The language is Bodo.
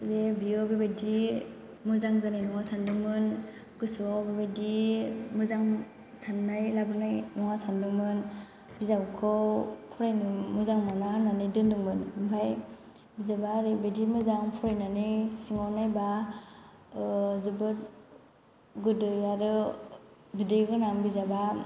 जे बियो बेबायदि मोजां जानाय नङा सान्दोंमोन गोसोआव बेबायदि मोजां साननाय लाबोनाय नङा सान्दोंमोन बिजाबखौ फरायनो मोजां मोना होननानै दोन्दोंमोन ओमफ्राय बिजाबा ओरैबायदि मोजां फरायनानै सिङाव नायबा जोबोर गोदै आरो बिदै गोनां बिजाबा